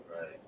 Right